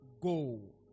go